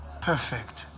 perfect